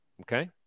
Okay